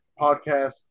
Podcast